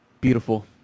Beautiful